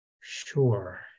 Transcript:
Sure